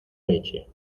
leche